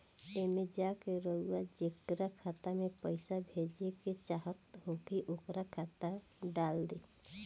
एईमे जा के रउआ जेकरा खाता मे पईसा भेजेके चाहत होखी ओकर खाता डाल दीं